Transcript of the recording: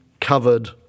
covered